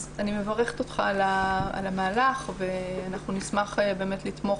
אני מברכת אותך על המהלך ואנחנו נשמח באמת לתמוך